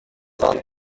vingt